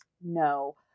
No